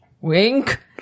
Wink